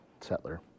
settler